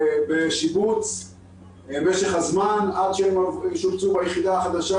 בשיבוץ במשך הזמן עד שהם שובצו ביחידה החדשה,